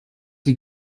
sie